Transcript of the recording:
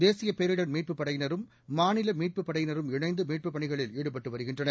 தேசிய பேரிடர் மீட்பு படையினரும் மாநில மீட்பு படையினரும் இணைந்து மீட்புப் பணிகளில் ஈடுபட்டு வருகின்றனர்